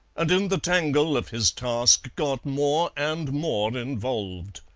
and in the tangle of his task got more and more involved.